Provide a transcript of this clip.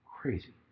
Crazy